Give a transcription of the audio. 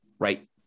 right